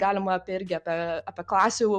galima apie irgi apie apie klasių